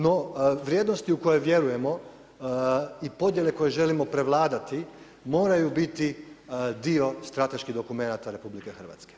No, vrijednosti u koje vjerujemo i podjele koje želimo prevladati, moraju biti dio strateških dokumenata RH.